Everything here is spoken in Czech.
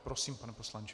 Prosím, pane poslanče.